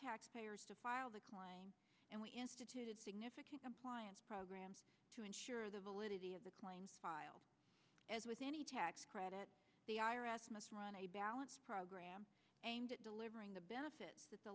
tax payers to file the claim and we instituted significant compliance programs to ensure the validity of the claims filed as with any tax credit the i r s must run a balance program aimed at delivering the benefits that the